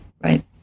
Right